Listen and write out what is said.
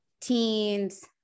teens